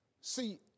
See